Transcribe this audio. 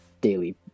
Daily